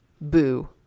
Boo